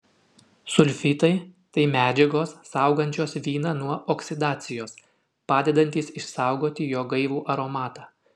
sulfitai tai medžiagos saugančios vyną nuo oksidacijos padedantys išsaugoti jo gaivų aromatą